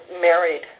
married